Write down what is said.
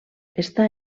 està